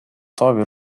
taavi